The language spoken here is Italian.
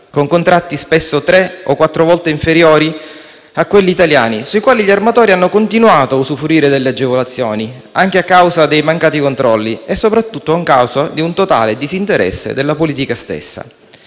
inferiore di tre o quattro volte quelli italiani, sui quali gli armatori hanno continuato a usufruire delle agevolazioni, anche a causa dei mancati controlli e, soprattutto, a causa di un totale disinteresse della politica stessa.